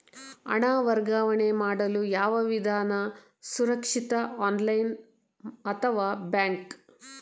ಹಣ ವರ್ಗಾವಣೆ ಮಾಡಲು ಯಾವ ವಿಧಾನ ಸುರಕ್ಷಿತ ಆನ್ಲೈನ್ ಅಥವಾ ಬ್ಯಾಂಕ್?